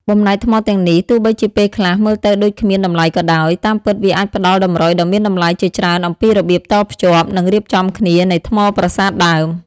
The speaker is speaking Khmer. បំណែកថ្មទាំងនេះ ទោះបីជាពេលខ្លះមើលទៅដូចគ្មានតម្លៃក៏ដោយ តាមពិតវាអាចផ្ដល់តម្រុយដ៏មានតម្លៃជាច្រើនអំពីរបៀបតភ្ជាប់ និងរៀបចំគ្នានៃថ្មប្រាសាទដើម។